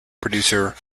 producer